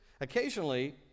Occasionally